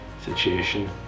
situation